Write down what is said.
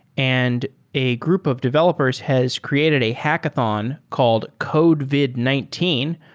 and a group of developers has created a hackathon called cocevid nineteen,